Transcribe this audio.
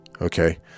Okay